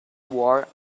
war